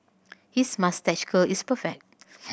his moustache curl is perfect